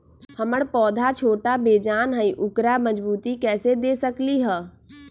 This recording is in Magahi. हमर पौधा छोटा बेजान हई उकरा मजबूती कैसे दे सकली ह?